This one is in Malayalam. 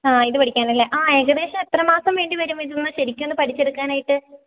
ആ ഇത് പഠിക്കാനല്ലേ ആ ഏകദേശം എത്ര മാസം വേണ്ടിവരും ഇതൊന്ന് ശെരിക്കും ഒന്ന് പഠിച്ചെടുക്കാനായിട്ട്